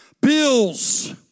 bills